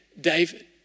David